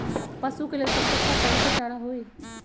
पशु के लेल सबसे अच्छा कौन सा चारा होई?